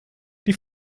die